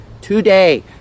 today